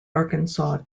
arkansas